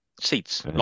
seats